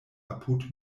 apud